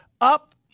up